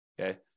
okay